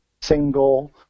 single